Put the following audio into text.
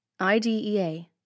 IDEA